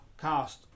cast